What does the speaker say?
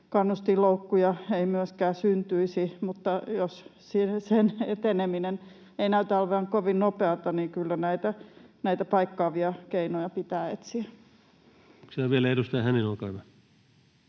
kannustinloukkuja ei myöskään syntyisi, mutta kun sen eteneminen ei näytä olevan kovin nopeata, niin kyllä näitä paikkaavia keinoja pitää etsiä.